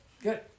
good